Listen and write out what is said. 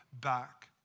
back